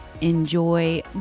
enjoy